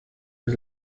was